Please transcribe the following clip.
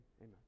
amen